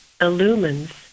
illumines